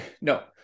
No